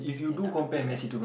another planet